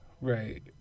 Right